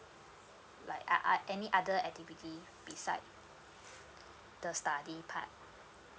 like uh uh any other activity beside the study part